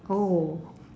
oh